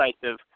decisive